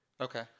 Okay